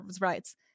rights